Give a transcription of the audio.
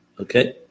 Okay